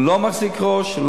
הוא לא מחזיק ראש,